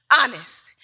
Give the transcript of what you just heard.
honest